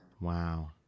Wow